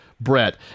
Brett